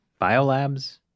biolabs